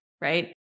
Right